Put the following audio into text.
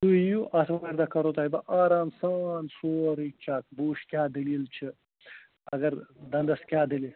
تُہۍ یِیِو آتھوارِ دۄہ کَرَو تۄہہِ بہٕ آرام سان سورُے چیٚک بہٕ وُچھ کیٛاہ دٔلیٖل چھِ اَگر دَنٛدَس کیٛاہ دٔلیٖل